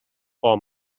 por